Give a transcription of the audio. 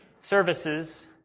services